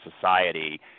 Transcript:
society